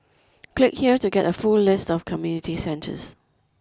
click here to get a full list of community centres